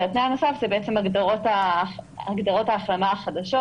והתנאי הנוסף זה הגדרות ההחלמה החדשות,